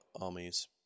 armies